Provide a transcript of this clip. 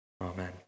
amen